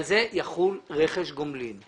על זה יחול רכש גומלין.